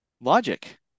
logic